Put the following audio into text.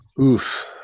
Oof